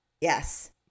Yes